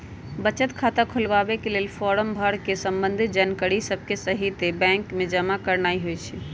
बचत खता खोलबाके लेल फारम भर कऽ संबंधित जानकारिय सभके सहिते बैंक में जमा करनाइ होइ छइ